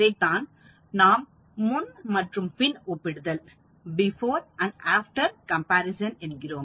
இதைத்தான் நாம் முன் மற்றும் பின் ஒப்பிடுதல் என்கிறோம்